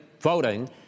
voting